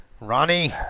Ronnie